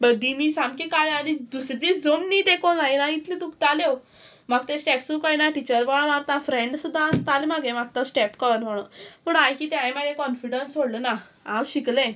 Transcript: but दिमी सामकें काळें आनी दुसरें दीस जमनी तेंको आयना इतलें दुखताल्यो म्हाका तें स्टेप्सूय कळना टिचर बोवाळ मारता फ्रेंड सुद्दां आसतालें मागीर म्हाका तो स्टेप कळ्ळो म्हणोन पूण हांवें कितें हांवें म्हागे कॉनफिडंस सोडलें ना हांव शिकलें